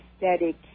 aesthetic